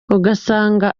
ugasanga